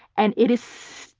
and it is so